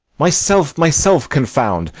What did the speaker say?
myself myself confound!